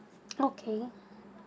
okay